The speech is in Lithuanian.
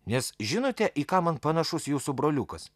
nes žinote į ką man panašus jūsų broliukas